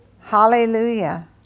Hallelujah